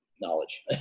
knowledge